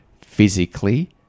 physically